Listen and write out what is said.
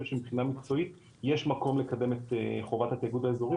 שמבחינה מקצועית יש מקום לקדם את חובת התאגוד האזורית,